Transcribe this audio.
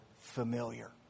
familiar